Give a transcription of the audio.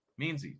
Meansy